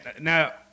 now